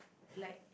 like